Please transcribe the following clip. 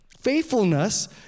Faithfulness